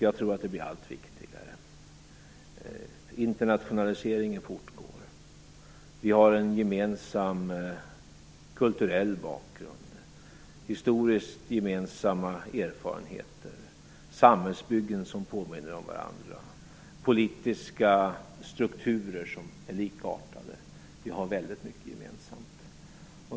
Jag tror att det blir allt viktigare. Internationaliseringen fortgår. Vi har en gemensam kulturell bakgrund - historiskt gemensamma erfarenheter. Samhällsbyggena påminner om varandra, och de politiska strukturerna är likartade. Vi har väldigt mycket gemensamt.